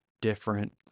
different